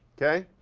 okay.